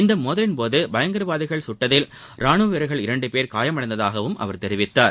இந்த மோதலின்போது பயங்கரவாதிகள் சுட்டதில் ராணுவ வீரர்கள் இரண்டு பேர் காயமடைந்ததாகவும் அவர் தெரிவித்தார்